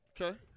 Okay